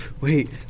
Wait